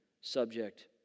subject